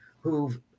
who've